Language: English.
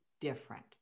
different